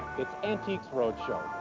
it's antiques roadshow,